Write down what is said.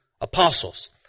apostles